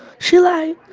she like,